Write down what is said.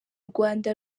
rwanda